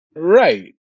Right